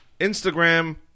Instagram